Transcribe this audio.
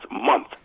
month